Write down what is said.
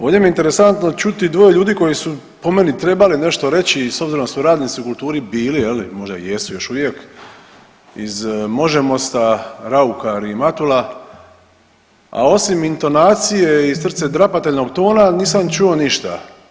Ovdje mi je interesantno čuti dvoje ljudi koji su po meni trebali nešto reći i s obzirom da su radnici u kulturi bili je li, možda i jesu još uvijek iz Može-Mosta, Raukar u Matula, a osim intonacije i srcedrapateljnog tona nisam čuo ništa.